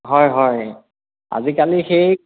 হয় হয় আজিকালি সেই